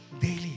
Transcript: daily